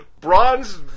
bronze